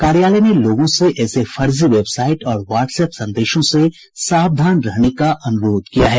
कार्यालय ने लोगों से ऐसे फर्जी वेबसाइट और व्हाट्सअप संदेशों से सावधान रहने का अनुरोध किया है